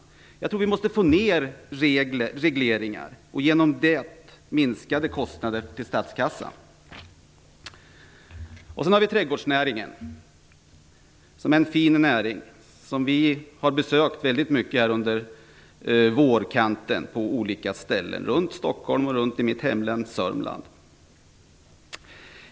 Jag tror att vi måste få minskade regleringar och därigenom minskade kostnader för statskassan. Trädgårdsnäringen är en fin näring som vi under vårkanten har besökt väldigt mycket, runt Stockholm och runt mitt hemlän Sörmland.